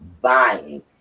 buying